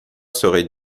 serait